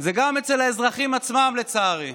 זה גם אצל האזרחים עצמם, לצערי.